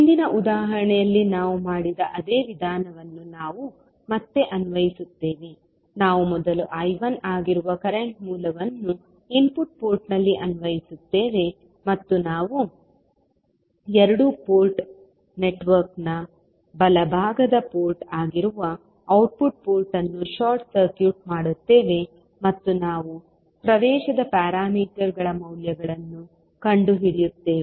ಹಿಂದಿನ ಉದಾಹರಣೆಯಲ್ಲಿ ನಾವು ಮಾಡಿದ ಅದೇ ವಿಧಾನವನ್ನು ನಾವು ಮತ್ತೆ ಅನ್ವಯಿಸುತ್ತೇವೆ ನಾವು ಮೊದಲು I1 ಆಗಿರುವ ಕರೆಂಟ್ ಮೂಲವನ್ನು ಇನ್ಪುಟ್ ಪೋರ್ಟ್ನಲ್ಲಿ ಅನ್ವಯಿಸುತ್ತೇವೆ ಮತ್ತು ನಾವು ಎರಡು ಪೋರ್ಟ್ ನೆಟ್ವರ್ಕ್ನ ಬಲಭಾಗದ ಪೋರ್ಟ್ ಆಗಿರುವ ಔಟ್ಪುಟ್ ಪೋರ್ಟ್ ಅನ್ನು ಶಾರ್ಟ್ ಸರ್ಕ್ಯೂಟ್ ಮಾಡುತ್ತೇವೆ ಮತ್ತು ನಾವು ಪ್ರವೇಶದ ಪ್ಯಾರಾಮೀಟರ್ಗಳ ಮೌಲ್ಯಗಳನ್ನು ಕಂಡುಹಿಡಿಯುತ್ತದೆ